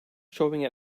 showing